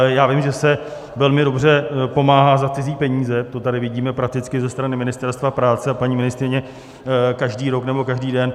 Já vím, že se velmi dobře pomáhá za cizí peníze, to tady vidíme prakticky ze strany Ministerstva práce a paní ministryně každý rok nebo každý den.